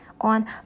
on